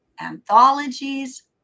anthologies